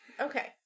Okay